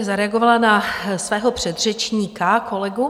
Zareagovala bych na svého předřečníka, kolegu.